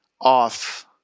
off